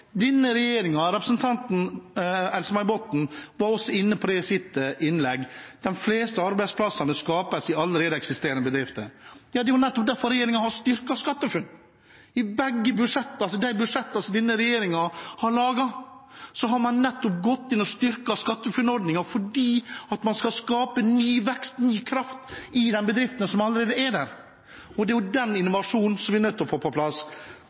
Representanten Else-May Botten var også inne på i sitt innlegg at de fleste arbeidsplassene skapes i allerede eksisterende bedrifter. Det er nettopp derfor regjeringen har styrket SkatteFUNN-ordningen. I de budsjettene som denne regjeringen har laget, har man gått inn og styrket SkatteFUNN-ordningen, fordi man skal skape ny vekst og ny kraft i de bedriftene som allerede er der. Det er den innovasjonen som vi er nødt til å få på plass.